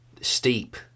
steep